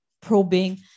probing